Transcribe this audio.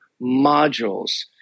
modules